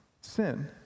sin